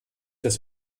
das